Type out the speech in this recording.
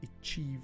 achieve